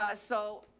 ah so,